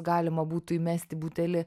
galima būtų įmesti butelį